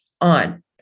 on